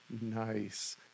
nice